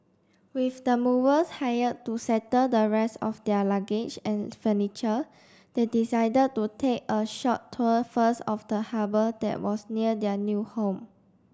with the movers hired to settle the rest of their luggage and furniture they decided to take a short tour first of the harbour that was near their new home